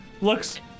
Looks